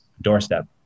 doorstep